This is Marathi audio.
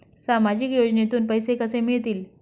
सामाजिक योजनेतून पैसे कसे मिळतील?